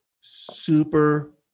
super